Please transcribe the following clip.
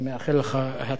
אני מאחל לך הצלחה.